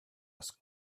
was